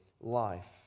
life